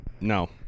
No